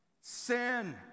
Sin